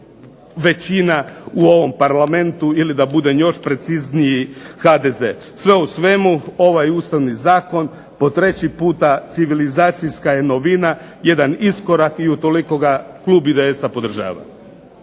većina u ovom Parlamentu, ili da budem još precizniji HDZ. Sve u svemu ovaj ustavni zakon po treći puta civilizacijska je novina, jedan iskorak i utoliko ga klub IDS-a podržava.